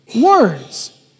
Words